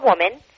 woman